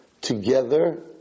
Together